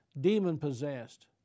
demon-possessed